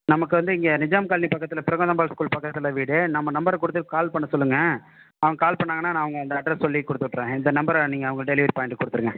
நமக்கு வந்து இங்கே நிஜாம் காலனி பக்கத்தில் பிரகதாம்பாள் ஸ்கூல் பக்கத்தில் வீடு நம்ம நம்பரை கொடுத்து கால் பண்ண சொல்லுங்கள் அவங்க கால் பண்ணிணாங்கனா நான் அவங்க அந்த அட்ரெஸ் சொல்லி கொடுத்துட்டுறேன் இந்த நம்பரை நீங்கள் அவங்க டெலிவரி பையன்கிட்ட கொடுத்துருங்க